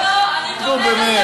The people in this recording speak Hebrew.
נו, באמת.